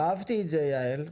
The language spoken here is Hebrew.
אהבתי את זה, יעל,